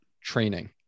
training